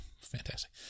fantastic